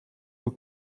aux